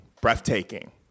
breathtaking